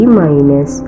minus